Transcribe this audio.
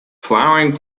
flowering